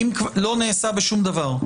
לא נעשה בשום דבר?